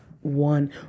one